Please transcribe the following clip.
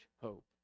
hope